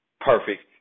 perfect